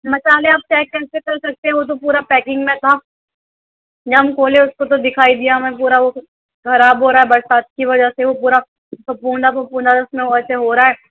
مسالے آپ چیک کیسے کر سکتے ہو وہ تو پورا پیکنگ میں تھا جب ہم کھولے اُس کو تو دکھائی دیا ہمیں پورا وہ خراب ہو رہا ہے برسات کی وجہ سے وہ پورا پھپھوندا پھپھوندا اُس میں ویسے ہو رہا ہے